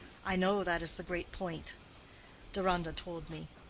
i know that is the great point deronda told me.